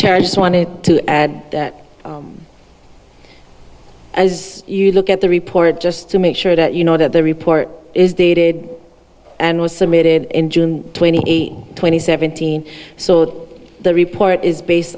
just wanted to add as you look at the report just to make sure that you know that the report is dated and was submitted in june twenty eighth twenty seventeen so the report is based